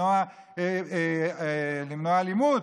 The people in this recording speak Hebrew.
למנוע אלימות.